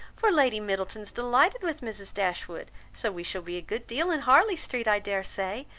for lady middleton's delighted with mrs. dashwood, so we shall be a good deal in harley street, i dare say,